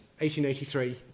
1883